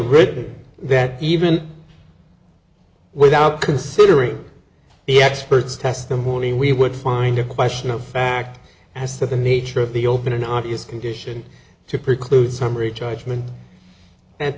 written that even without considering the experts testimony we would find a question of fact as to the nature of the open an obvious condition to preclude summary judgment